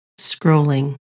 scrolling